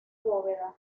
bóveda